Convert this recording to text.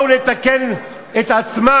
באו לתקן את עצמן,